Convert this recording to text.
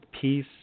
peace